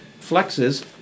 flexes